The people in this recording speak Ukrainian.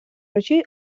речей